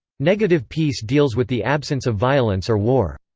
negative peace deals with the absence of violence or war.